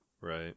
Right